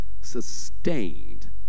sustained